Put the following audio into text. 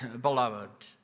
beloved